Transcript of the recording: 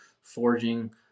forging